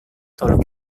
tolong